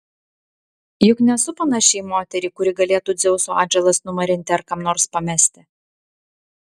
juk nesu panaši į moterį kuri galėtų dzeuso atžalas numarinti ar kam nors pamesti